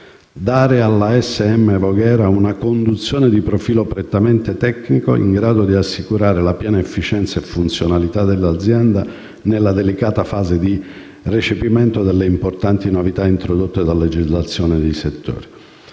dare alla ASM Voghera una conduzione di profilo prettamente tecnico, in grado di assicurare la piena efficienza e funzionalità dell'azienda nella delicata fase di recepimento delle importanti novità introdotte dal legislatore nel settore;